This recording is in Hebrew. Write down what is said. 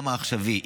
גם העכשווי,